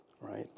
right